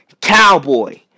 cowboy